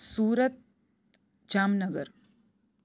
Surat Jamnagar